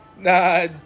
Nah